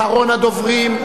אחרון הדוברים.